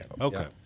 Okay